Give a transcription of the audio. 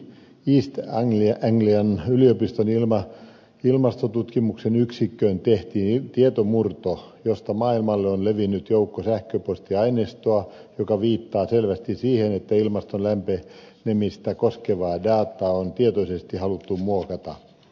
eli east anglian yliopiston ilmastotutkimuksen yksikköön tehtiin tietomurto josta maailmalle on levinnyt joukko sähköpostiaineistoa joka viittaa selvästi siihen että ilmaston lämpenemistä koskevaa dataa on tietoisesti haluttu muokata